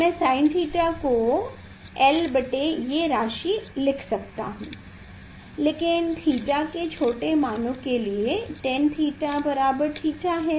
मैं Sin theta को l बटे ये राशि लिख सकता हूँ लेकिन थीटा के छोटे मानों के लिए tan थीटा बराबर थीटा है